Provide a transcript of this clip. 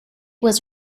was